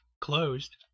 closed